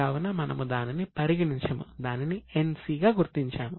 కావున మనము దానిని పరిగణించము దానిని NC గా గుర్తించాము